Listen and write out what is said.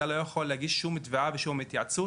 אתה לא יכול להגיש שום תביעה ושום התייעצות,